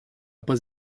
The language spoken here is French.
pas